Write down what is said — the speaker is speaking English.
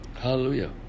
Hallelujah